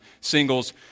singles